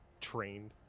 trained